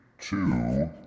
two